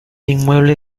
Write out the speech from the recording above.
inmueble